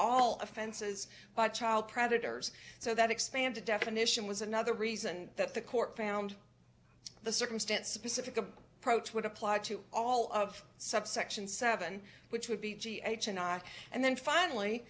all offenses by child predators so that expanded definition was another reason that the court found the circumstance specific a approach would apply to all of subsection seven which would be g h and i and then finally